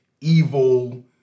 evil